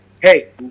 hey